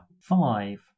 Five